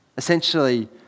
Essentially